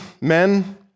men